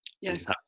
yes